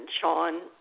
Sean